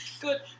Good